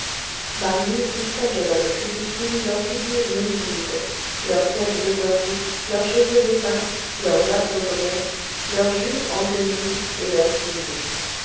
marius distinguait dans le crépuscule leurs figures livides leurs têtes décoiffées leurs cheveux épars leurs affreux bonnets leurs jupes en guenilles et leurs pieds nus